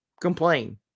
complain